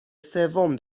سوم